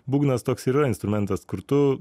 būgnas toks ir yra instrumentas kur tu